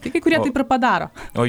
tai kai kurie taip ir padaro